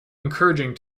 encouraging